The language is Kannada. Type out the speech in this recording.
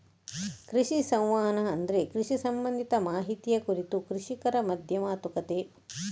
ಕೃಷಿ ಸಂವಹನ ಅಂದ್ರೆ ಕೃಷಿ ಸಂಬಂಧಿತ ಮಾಹಿತಿಯ ಕುರಿತು ಕೃಷಿಕರ ಮಧ್ಯ ಮಾತುಕತೆ